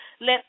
let